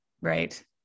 Right